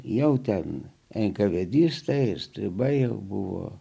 jau ten enkavedistai ir stribai buvo